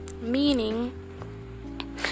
meaning